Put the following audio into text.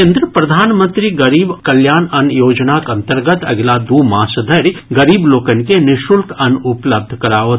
केन्द्र प्रधानमंत्री गरीब कल्याण अन्न योजनाक अन्तर्गत अगिला दू मास धरि गरीब लोकनि के निःशुल्क अन्न उपलब्ध कराओत